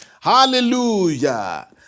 Hallelujah